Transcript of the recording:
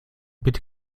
bitte